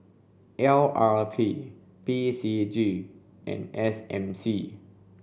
L R T P C G and S M C